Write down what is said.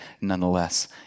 Nonetheless